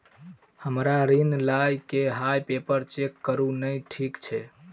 हमरा ऋण लई केँ हय पेपर चेक करू नै ठीक छई?